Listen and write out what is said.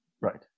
Right